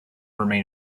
remain